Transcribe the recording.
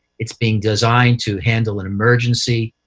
it's being designed to handle an emergency.